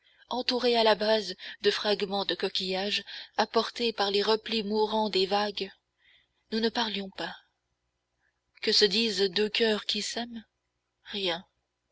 entourées à la base de fragments de coquillage apportés par les replis mourants des vagues nous ne parlions pas que se disent deux coeurs qui s'aiment rien